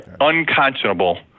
unconscionable